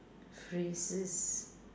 phrases